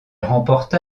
remporta